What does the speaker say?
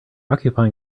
occupying